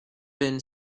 been